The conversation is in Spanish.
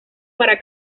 para